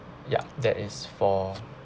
ya that is for